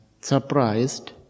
surprised